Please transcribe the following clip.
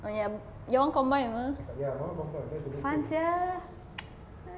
oh ya you all combine mah fun sia